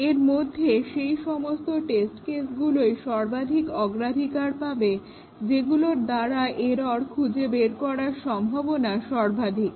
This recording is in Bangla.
এর মধ্যে সেই সমস্ত টেস্ট কেসগুলোই সর্বাধিক অগ্রাধিকার পাবে যেগুলোর দ্বারা এরর খুঁজে বের করার সম্ভাবনা সর্বাধিক